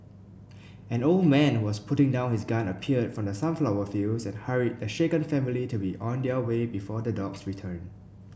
an old man was putting down his gun appeared from the sunflower fields and hurried the shaken family to be on their way before the dogs return